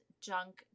junk